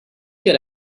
get